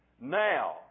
Now